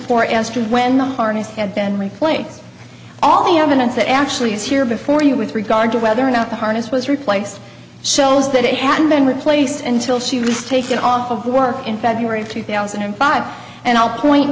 to when the harness and then replace all the evidence that actually is here before you with regard to whether or not the harness was replaced shows that it hadn't been replaced and till she was taken off of work in february two thousand and five and i'll point